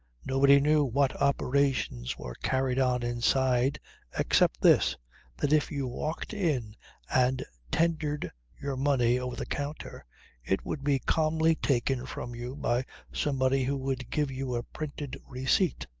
nobody knew what operations were carried on inside except this that if you walked in and tendered your money over the counter it would be calmly taken from you by somebody who would give you a printed receipt.